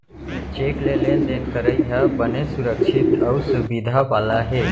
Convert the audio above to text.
cheque ले लेन देन करई ह बने सुरक्छित अउ सुबिधा वाला हे